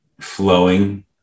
flowing